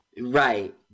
Right